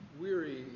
Weary